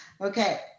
Okay